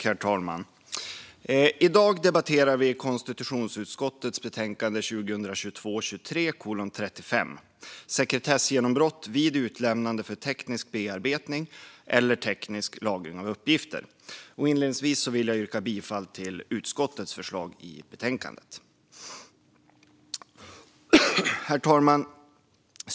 Herr talman! I dag debatterar vi konstitutionsutskottets betänkande 2022/23:35 Sekretessgenombrott vid utlämnande för teknisk bearbetning eller teknisk lagring av uppgifter. Jag vill inledningsvis yrka bifall till utskottets förslag i betänkandet. Herr talman!